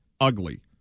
ugly